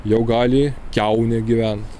jau gali kiaunė gyvent